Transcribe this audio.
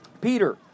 Peter